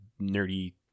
nerdy